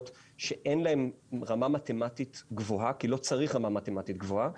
שאין להם רמה מתמטית גבוהה כי לא צריך רמה מתמטית גבוהה,